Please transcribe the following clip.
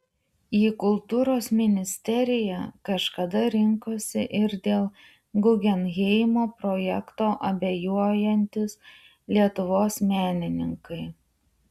į kultūros ministeriją kažkada rinkosi ir dėl guggenheimo projekto abejojantys lietuvos menininkai